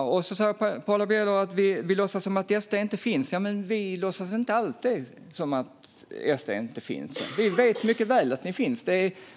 Hon säger också att vi låtsas som att SD inte finns. Det gör vi inte alls. Vi vet mycket väl att ni finns.